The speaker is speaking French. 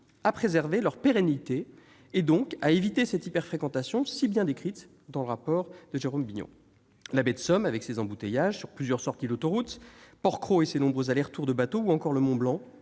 préserver leur pérennité et, donc, éviter l'hyper-fréquentation si bien décrite dans le rapport de Jérôme Bignon. Sont notamment concernés la baie de Somme avec ses embouteillages sur plusieurs sorties d'autoroute, Port-Cros et ses nombreux allers-retours de bateaux ou encore le Mont-Blanc